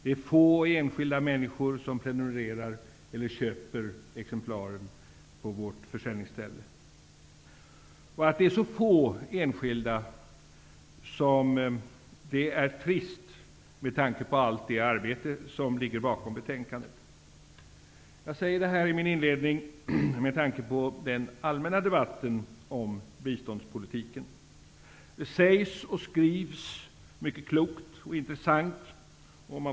Det är få enskilda människor som prenumerar eller köper exemplar på vårt försäljningsställe. Det är trist att det är så få enskilda som köper det, med tanke på allt det arbete som ligger bakom betänkandet. Jag säger detta i min inledning med tanke på den allmänna debatten om biståndspolitiken. Det sägs och skrivs mycket klokt och intressant om detta.